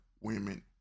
women